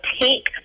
take